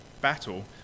battle